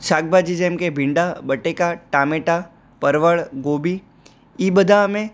શાકભાજી જેમકે ભીંડા બટાકા ટામેટાં પરવળ ગોબી એ બધા અમે